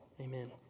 Amen